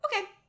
Okay